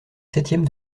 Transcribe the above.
septième